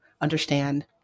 understand